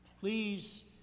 Please